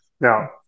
Now